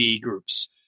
groups